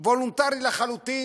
וולונטרי לחלוטין,